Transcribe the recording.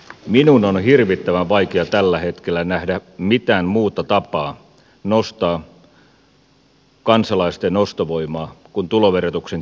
minun on hirvittävän vaikea tällä hetkellä nähdä mitään muuta tapaa nostaa kansalaisten ostovoimaa kuin tuloverotuksen keventäminen